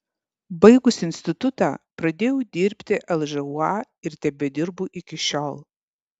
baigusi institutą pradėjau dirbti lžūa ir tebedirbu iki šiol